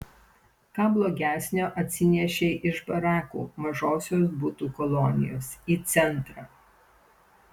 ką blogesnio atsinešei iš barakų mažosios butų kolonijos į centrą